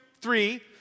three